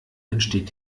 entsteht